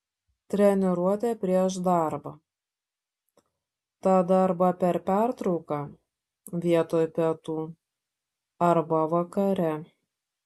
treniruotė prieš darbą tada arba per pertrauką vietoj pietų arba vakare